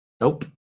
Nope